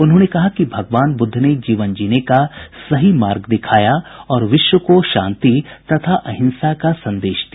उन्होंने कहा कि भगवान बुद्ध ने जीवन जीने का सही मार्ग दिखाया और विश्व को शांति तथा अहिंसा का संदेश दिया